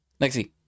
Lexi